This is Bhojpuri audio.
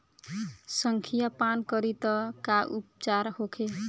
संखिया पान करी त का उपचार होखे?